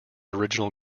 original